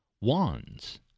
Wands